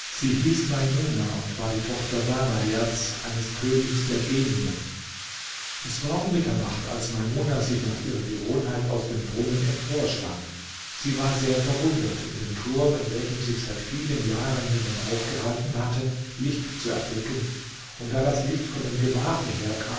sie hieß maimuna und war die tochter damerjads eines königs der genien es war um mitternacht als maimuna sich nach ihrer gewohnheit aus dem brunnen emporschwang sie war sehr verwundert in dem turm in welchem sich seit vielen jahren niemand aufgehalten hatte licht zu erblicken und da das licht von dem gemache